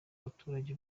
abaturage